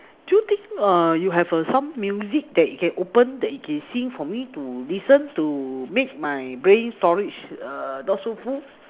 do you think err you have a some music that you can open that you can sing for me to listen to make my brain storage err not so full